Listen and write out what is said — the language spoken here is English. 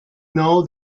know